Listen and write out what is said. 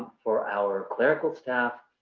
for our clerical staff,